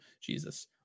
jesus